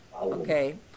Okay